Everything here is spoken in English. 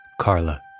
Carla